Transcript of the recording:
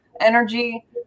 energy